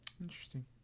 Interesting